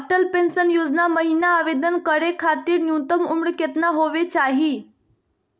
Atal pension योजना महिना आवेदन करै खातिर न्युनतम उम्र केतना होवे चाही?